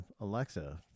Alexa